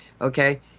okay